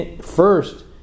first